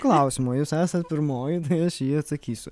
klausimo jūs esat pirmoji tai aš į jį atsakysiu